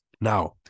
Now